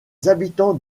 habitants